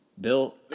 Bill